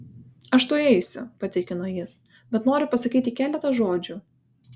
aš tuoj eisiu patikino jis bet noriu pasakyti keletą žodžių